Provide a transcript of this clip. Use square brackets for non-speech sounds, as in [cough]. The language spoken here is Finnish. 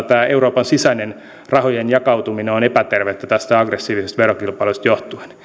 [unintelligible] tämä euroopan sisäinen rahojen jakautuminen on epätervettä tästä aggressiivisesta verokilpailusta johtuen